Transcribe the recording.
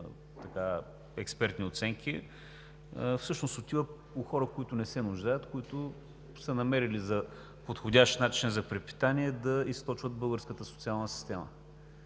експертни оценки всъщност отива у хора, които не се нуждаят, които са намерили като подходящ начин за препитание да източват българската социална система.